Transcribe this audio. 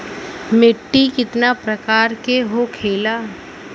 मिट्टी कितना प्रकार के होखेला?